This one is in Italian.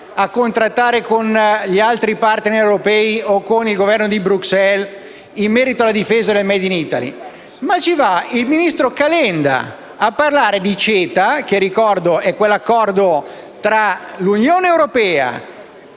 a contrattare con gli altri *partner* europei o con il Governo di Bruxelles in merito alla difesa del *made in Italy.* Ci va il ministro Calenda a parlare di CETA - ricordo che è l'accordo tra l'Unione europea